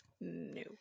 no